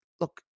look